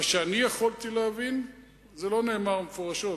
לפי דעתי כולם מתייחסים לעניין ברמה האנושית שלו,